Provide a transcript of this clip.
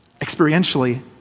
experientially